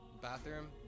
Bathroom